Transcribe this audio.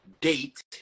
date